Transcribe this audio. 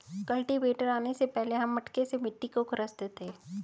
cultivator आने से पहले हम मटके से मिट्टी को खुरंचते थे